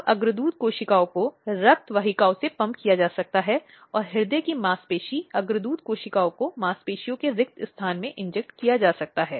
अब इन आवश्यकताओं को चाहे वह अल्पकालिक और दीर्घकालिक हो आमतौर पर इस अधिनियम के प्रावधानों से संतुष्ट होना पड़ता है